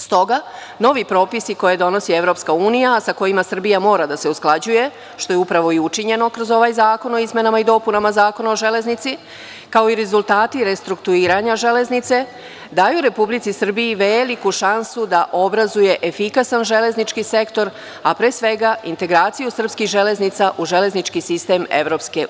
Stoga, novi propisi koje donosi EU, a sa kojima Srbija mora da se usklađuje, što je upravo i učinjeno kroz ovaj zakon o izmenama i dopunama Zakona o železnici, kao i rezultati restrukturiranja železnice, daju Republici Srbiji veliku šansu da obrazuje efikasan železnički sektor, a pre svega integraciju srpskih železnica u železnički sistem EU.